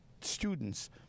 students